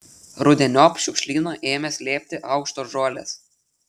rudeniop šiukšlyną ėmė slėpti aukštos žolės